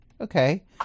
Okay